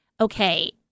okay